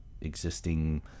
existing